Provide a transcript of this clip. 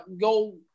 go